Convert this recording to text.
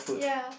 ya